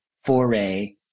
foray